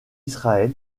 israël